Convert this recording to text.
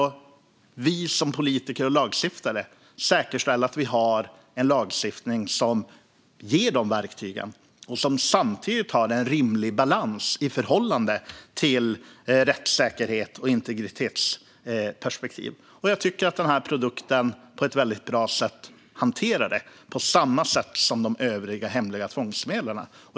Vi som politiker och lagstiftare behöver säkerställa att vi har en lagstiftning som ger de verktygen och samtidigt har en rimlig balans i förhållande till rättssäkerhet och integritetsperspektiv. Jag tycker att den här produkten på ett bra sätt hanterar detta, på samma sätt som de övriga hemliga tvångsmedlen.